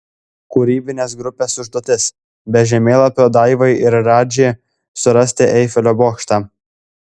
kūrybinės grupės užduotis be žemėlapio daivai ir radži surasti eifelio bokštą